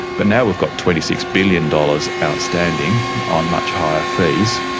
but now we've got twenty six billion dollars outstanding on much higher fees.